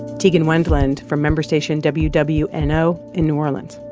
tegan wendland from member station wwno wwno in new orleans